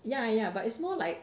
ya ya but it's more like